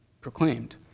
proclaimed